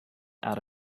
out